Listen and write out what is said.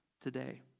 today